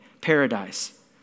paradise